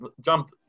jumped